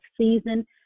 season